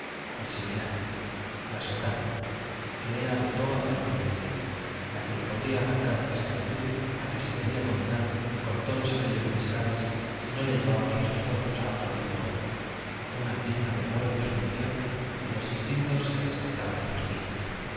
el seminario la sotana que era la toga del hombre libre la que le podría arrancar de la esclavitud a que se vería condenado con todos aquellos miserables si no le llevaban sus esfuerzos a otra vida mejor una digna del vuelo de su ambición y de los instintos que despertaban en su espíritu